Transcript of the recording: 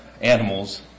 animals